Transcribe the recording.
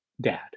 dad